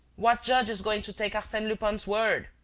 what judge is going to take arsene lupin's word?